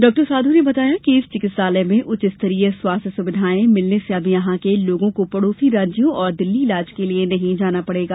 डॉ साधौ ने बताया कि इस चिकित्सालय में उच्च स्तरीय स्वास्थ सुविधायें मिलने से अब यहां के लोगों को पड़ोसी राज्यों और दिल्ली इलाज के लिए नहीं जाना पड़ेगा